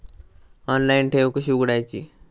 Online ठेव कशी उघडायची?